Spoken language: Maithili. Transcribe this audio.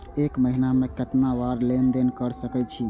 एक महीना में केतना बार लेन देन कर सके छी?